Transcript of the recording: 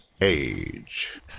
age